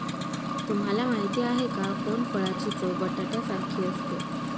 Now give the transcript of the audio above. तुम्हाला माहिती आहे का? कोनफळाची चव बटाट्यासारखी असते